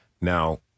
Now